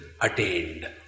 attained